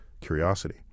curiosity